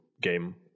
game